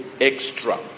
extra